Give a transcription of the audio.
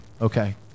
Okay